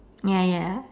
ya ya